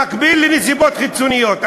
במקביל לנסיבות חיצוניות.